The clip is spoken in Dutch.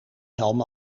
helm